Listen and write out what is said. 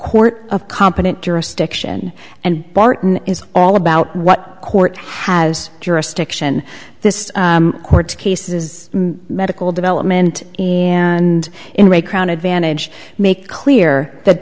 court of competent jurisdiction and barton is all about what court has jurisdiction this court cases medical development and in re crown advantage make clear that